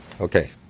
Okay